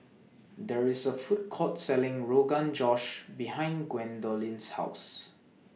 There IS A Food Court Selling Rogan Josh behind Gwendolyn's House